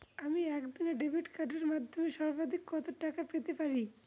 আমি একদিনে ডেবিট কার্ডের মাধ্যমে সর্বাধিক কত টাকা পেতে পারি?